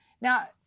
Now